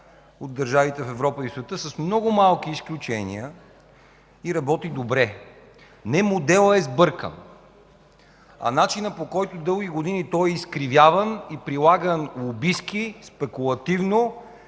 от държавите в Европа и в света, с много малки изключения и работи добре. Не моделът е сбъркан, а начинът, по който дълги години той е изкривяван и прилаган лобистки, спекулативно